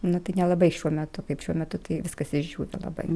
nu tai nelabai šiuo metu kaip šiuo metu tai viskas išdžiūvę labai